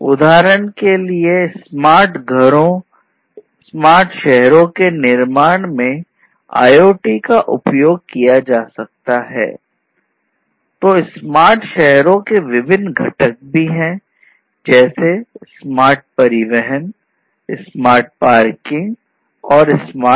उदाहरण के लिए स्मार्ट